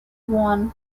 worn